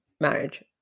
marriage